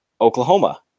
Oklahoma